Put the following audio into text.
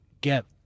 get